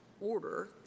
order